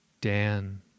Dan